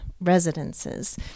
residences